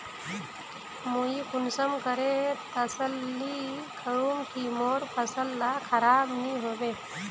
मुई कुंसम करे तसल्ली करूम की मोर फसल ला खराब नी होबे?